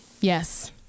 Yes